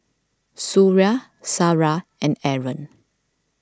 Suria Sarah and Aaron